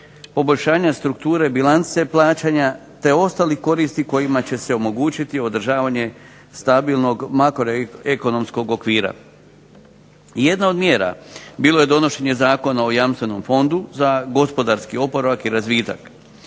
poboljšanja strukture bilance plaćanja te ostalih koristi kojima će se omogućiti održavanje stabilnog makroekonomskog okvira. Jedna od mjera bilo je donošenje Zakona o Jamstvenom fondu za gospodarski oporavak i razvitak